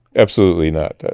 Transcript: absolutely not.